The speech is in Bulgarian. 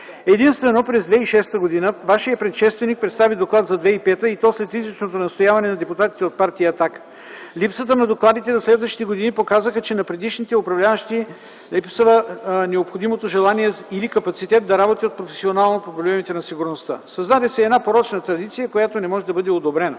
Единствено през 2006 г. Вашият предшественик представи доклад за 2005 г., и то след изричното настояване на депутатите от Партия „Атака”. Липсата на докладите за следващите години показаха, че на предишните управляващи липсва необходимото желание или капацитет да работят професионално по проблемите на сигурността. Създаде се порочна традиция, която не може да бъде одобрена.